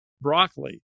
broccoli